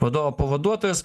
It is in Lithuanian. vadovo pavaduotojas